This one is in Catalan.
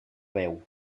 veu